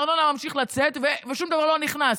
הארנונה ממשיכים לצאת ושום דבר לא נכנס,